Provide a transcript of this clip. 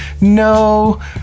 no